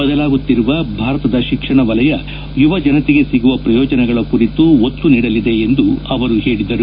ಬದಲಾಗುತ್ತಿರುವ ಭಾರತದ ಶಿಕ್ಷಣ ವಲಯ ಯುವ ಜನತೆಗೆ ಸಿಗುವ ಪ್ರಯೋಜನಗಳ ಕುರಿತು ಒತ್ತು ನೀಡಲಿದೆ ಎಂದು ಅವರು ಹೇಳಿದ್ದಾರೆ